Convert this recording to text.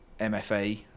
MFA